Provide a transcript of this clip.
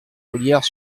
ollières